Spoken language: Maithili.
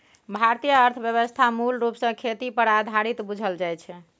भारतीय अर्थव्यवस्था मूल रूप सँ खेती पर आधारित बुझल जाइ छै